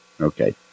Okay